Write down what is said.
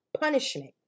punishment